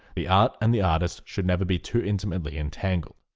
the art and the artist should never be too intimately entangled.